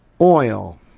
oil